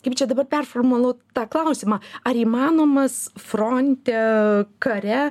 kaip čia dabar performuluot tą klausimą ar įmanomas fronte kare